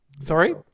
sorry